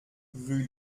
rue